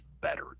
better